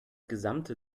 gesamte